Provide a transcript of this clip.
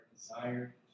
desire